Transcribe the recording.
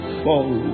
fall